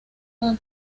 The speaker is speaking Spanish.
del